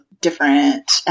Different